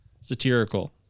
Satirical